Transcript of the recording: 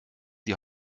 die